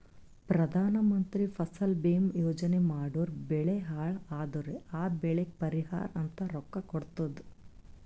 ಪ್ರಧಾನ ಮಂತ್ರಿ ಫಸಲ ಭೀಮಾ ಯೋಜನಾ ಮಾಡುರ್ ಬೆಳಿ ಹಾಳ್ ಅದುರ್ ಆ ಬೆಳಿಗ್ ಪರಿಹಾರ ಅಂತ ರೊಕ್ಕಾ ಕೊಡ್ತುದ್